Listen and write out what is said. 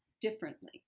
differently